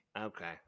Okay